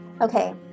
Okay